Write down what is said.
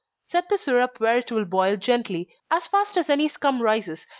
set the syrup where it will boil gently as fast as any scum rises,